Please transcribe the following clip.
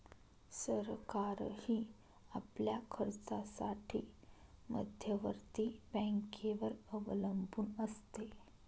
सरकारही आपल्या खर्चासाठी मध्यवर्ती बँकेवर अवलंबून असते